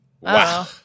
Wow